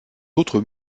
autres